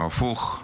או הפוך,